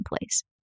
place